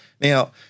Now